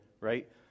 Right